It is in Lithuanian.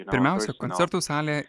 pirmiausia koncertų salė